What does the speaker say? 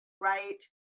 right